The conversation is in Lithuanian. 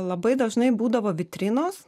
labai dažnai būdavo vitrinos